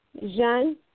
Jean